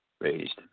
raised